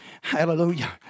Hallelujah